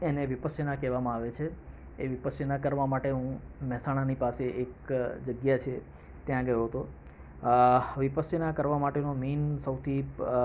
એને વિપસ્યના કહેવામાં આવે છે એ વિપસ્યના કરવામાં માટે હું મહેસાણાની પાસે એક જગ્યા છે ત્યાં ગયો હતો વિપસ્યના કરવા માટેનો મેઇન સૌથી